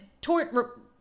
tort